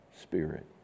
spirit